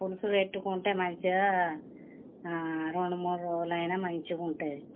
పులుసు పెట్టుకుంటే మంచిగా రెండు మూడు రోజులైనా మంచిగా ఉంటుంది